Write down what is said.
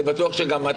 אני בטוח שגם אתה כואב.